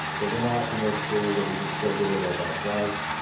we're gonna have to make sure that we can still get it at that price,